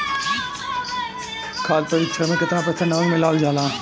खाद्य परिक्षण में केतना प्रतिशत नमक मिलावल जाला?